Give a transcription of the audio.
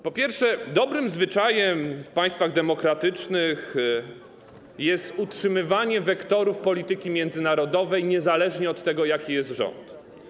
Po pierwsze, dobrym zwyczajem w państwach demokratycznych jest utrzymywanie wektorów polityki międzynarodowej niezależnie od tego, jaki jest rząd.